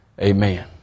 amen